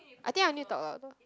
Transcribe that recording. I think I need to talk louder